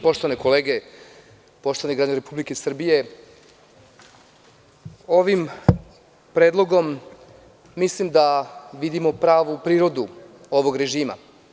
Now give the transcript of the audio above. Poštovane kolege, poštovani građani Republike Srbije, ovim predlogom mislim da vidimo pravu prirodu ovog režima.